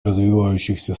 развивающихся